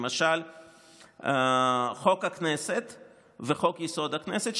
למשל חוק הכנסת וחוק-יסוד: הכנסת,